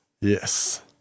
Yes